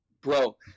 bro